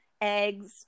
eggs